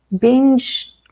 Binge